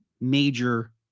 major